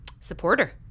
supporter